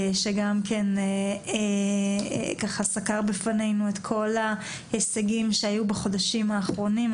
שגם כן סקר בפנינו את כל ההישגים שהיו בחודשים האחרונים.